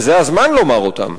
וזה הזמן לומר אותם.